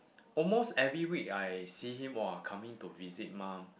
almost every week I see him !wah! coming to visit mum